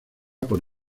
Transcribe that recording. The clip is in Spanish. por